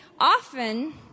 often